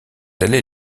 allez